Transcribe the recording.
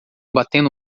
batendo